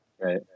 right